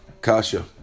kasha